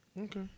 Okay